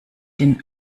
den